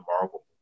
Marvel